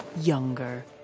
younger